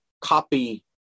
copy